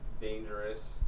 dangerous